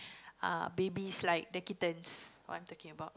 uh babies like the kittens the one I talking about